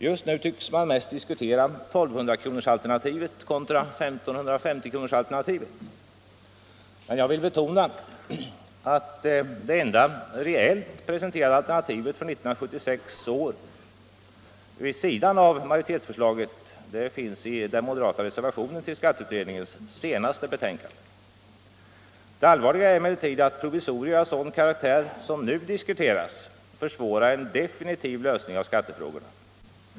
Just nu tycks man mest diskutera 1 200-kronorsalternativet kontra 1 550-kronorsalternativet, men jag vill betona att det enda reellt presenterade alternativet för 1976 vid sidan av majoritetsförslaget finns presenterat i den moderata reservationen till skatteutredningens senaste betänkande. Det allvarliga är emellertid att provisorier av sådan karaktär som de som nu diskuteras försvårar en definitiv lösning av skattefrågorna.